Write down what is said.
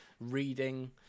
reading